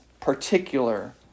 particular